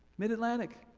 midatlantic?